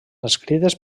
escrites